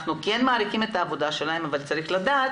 אנחנו כן מעריכים את העבודה שלהם אבל צריך לדעת